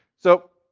so